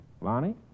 Lonnie